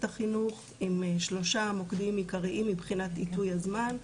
החינוך עם שלושה מוקדים עיקריים מבחינת עיתוי הזמן,